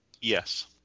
Yes